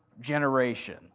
generation